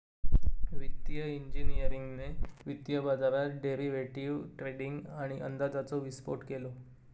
वित्तिय इंजिनियरिंगने वित्तीय बाजारात डेरिवेटीव ट्रेडींग आणि अंदाजाचो विस्फोट केलो